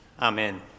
Amen